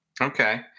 Okay